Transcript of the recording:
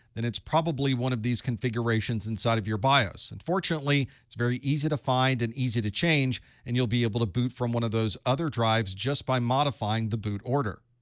then it's probably one of these configurations inside of your bios. and fortunately, it's very easy to find and easy to change. and you'll be able to boot from one of those other drives just by modifying the boot order.